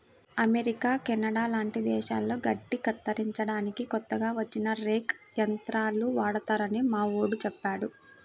America, Canada లాంటి దేశాల్లో గడ్డి కత్తిరించడానికి కొత్తగా వచ్చిన రేక్ యంత్రాలు వాడతారని మావోడు చెప్పాడు